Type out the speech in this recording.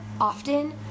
often